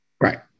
Right